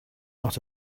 not